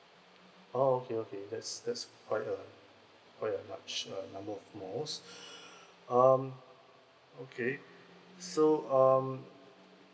orh okay okay that's that's quite a quite a large number of malls um okay so um